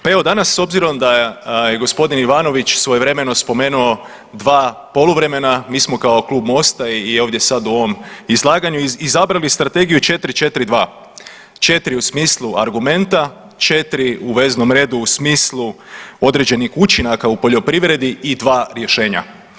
Pa evo danas s obzirom da je g. Ivanović svojevremeno spomenuo dva poluvremena, mi smo kao Klub Mosta i ovdje sad u ovom izlaganju izabrali strategiju 4:4:2, 4 u smislu argumenta, 4 u veznom redu u smislu određenih učinaka u poljoprivredi i 2 rješenja.